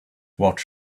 watch